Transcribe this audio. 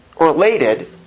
related